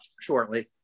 shortly